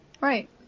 Right